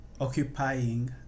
occupying